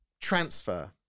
transfer